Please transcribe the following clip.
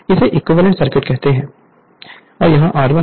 इसे equivalent circuit कहते हैं कि यह R1 और X1 है